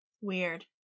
Weird